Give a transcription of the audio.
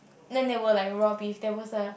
then there were like raw beef there was a